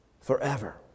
forever